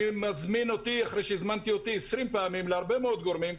אני מזמין אותי אחרי שהזמנתי אותי 20 פעמים להרבה מאוד גורמים,